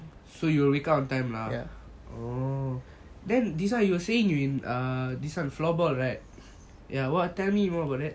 so you will wake up on time lah orh then this one you were saying err this one floorball right tell me more about it